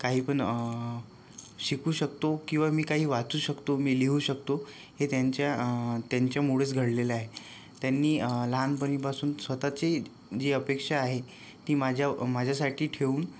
काही पण शिकू शकतो किंवा मी काही वाचू शकतो मी लिहू शकतो हे त्यांच्या त्यांच्यामुळेच घडलेलं आहे त्यांनी लहानपणीपासून स्वतःची जी अपेक्षा आहे ती माझ्या माझ्यासाठी ठेवून